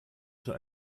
schon